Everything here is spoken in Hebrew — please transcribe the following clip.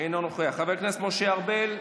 אינו נוכח, חבר הכנסת משה ארבל,